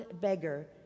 BEGGAR